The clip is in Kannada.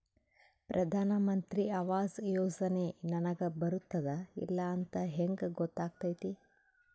ಪ್ರಧಾನ ಮಂತ್ರಿ ಆವಾಸ್ ಯೋಜನೆ ನನಗ ಬರುತ್ತದ ಇಲ್ಲ ಅಂತ ಹೆಂಗ್ ಗೊತ್ತಾಗತೈತಿ?